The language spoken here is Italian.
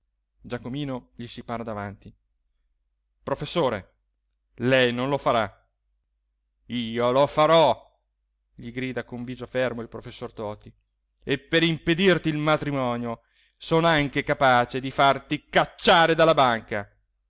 giacomino gli si para davanti professore lei non lo farà io lo farò gli grida con viso fermo il professor toti e per impedirti il matrimonio son anche capace di farti cacciare dalla banca